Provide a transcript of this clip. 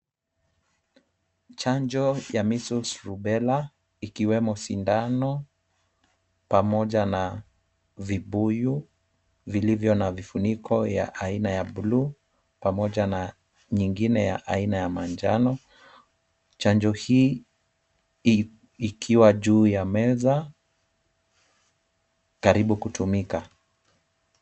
Chanjo ya measles rubela ikiwemo sindano pamoja na vibuyu vilivyo na vifuniko ya Aina ya blue pamoja na nyingine ya aina ya manjano, chanjo hii ikiwa juu ya meza karibu kutumika.